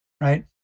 right